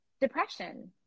depression